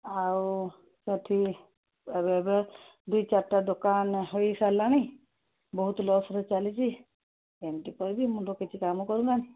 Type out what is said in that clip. ଆଉ ସେଠି ଏବେ ଦୁଇ ଚାରିଟା ଦୋକାନ ହେଇସାରିଲାଣି ବହୁତ ଲସରେ ଚାଲିଛି ଏମିତି କରିକି ମୁଣ୍ଡ କିଛି କାମ କରୁନାଇଁ